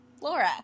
laura